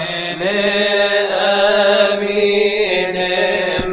a a